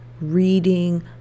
reading